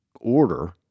order